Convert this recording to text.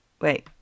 wait